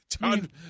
John